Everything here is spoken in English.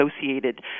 associated